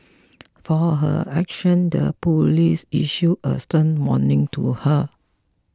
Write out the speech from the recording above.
for her actions the police issued a stern warning to her